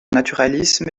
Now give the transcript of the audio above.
naturalisme